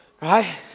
Right